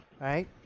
Right